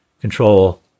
control